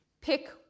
pick